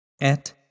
et